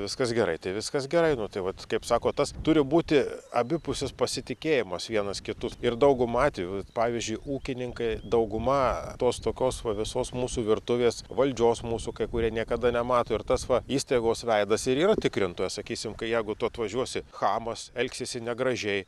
viskas gerai tai viskas gerai nu tai vat kaip sako tas turi būti abipusis pasitikėjimas vienas kitu ir dauguma atvejų vat pavyzdžiui ūkininkai dauguma tos tokios va visos mūsų virtuvės valdžios mūsų kai kurie niekada nemato ir tas va įstaigos veidas ir yra tikrintojas sakysim kai jeigu tu atvažiuosi chamas elgsiesi negražiai